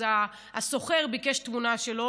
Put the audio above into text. אז הסוחר ביקש תמונה שלו,